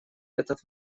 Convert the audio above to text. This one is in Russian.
этот